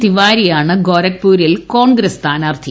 തിവാരിയാണ് ഗോരഖ്പൂരിൽ മധുസൂദൻ കോൺഗ്രസ് സ്ഥാനാർത്ഥി